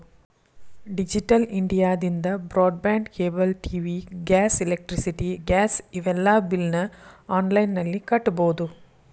digital ಇಂಡಿಯಾದಿಂದ broadband cable TV gas electricity gas ಇವೆಲ್ಲಾ ಬಿಲ್ನ ಆನ್ಲೈನ್ ನಲ್ಲಿ ಕಟ್ಟಬೊದು